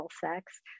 sex